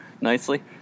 nicely